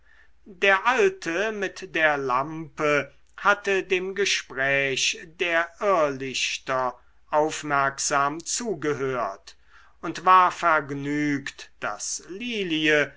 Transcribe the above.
der alte mit der lampe hatte dem gespräch der irrlichter aufmerksam zugehört und war vergnügt daß lilie